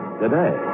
today